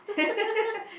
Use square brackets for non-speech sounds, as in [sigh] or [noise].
[laughs]